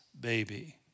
baby